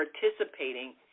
participating